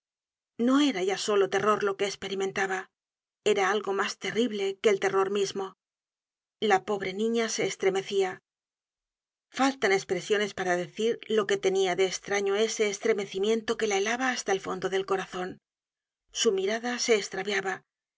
no era ya solo terror lo que content from google book search generated at esperimentaba era algo mas terrible que el terror mismo la pobre niña se estremecia faltan espresiones para decir lo que tenia de estraño ese estremecimiento que la helaba hasta el fondo del corazon su mirada se estraviaba